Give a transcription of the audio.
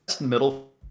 middle